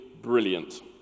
brilliant